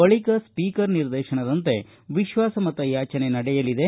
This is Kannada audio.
ಬಳಿಕ ಸ್ವೀಕರ್ ನಿರ್ದೇಶನದಂತೆ ವಿಶ್ವಾಸಮತಯಾಜನೆ ನಡೆಯಲಿದೆ